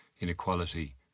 inequality